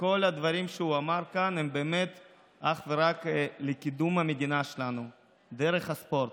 וכל הדברים שהוא אמר כאן הם באמת אך ורק לקידום המדינה שלנו דרך הספורט.